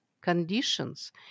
conditions